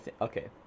okay